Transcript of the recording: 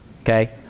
Okay